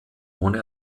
ohne